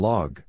Log